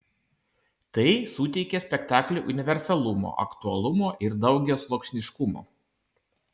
tai suteikia spektakliui universalumo aktualumo ir daugiasluoksniškumo